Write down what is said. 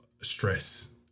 stress